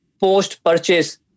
post-purchase